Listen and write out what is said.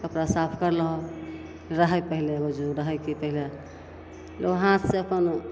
कपड़ा साफ करि लहो रहै पहिले ओ जुग रहै कि पहिले लोक हाथसे कोनो